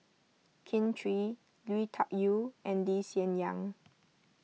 Kin Chui Lui Tuck Yew and Lee Hsien Yang